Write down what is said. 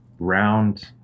round